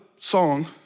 song